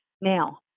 Now